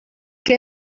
que